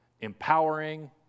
empowering